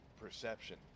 perception